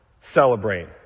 celebrate